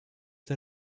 der